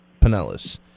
Pinellas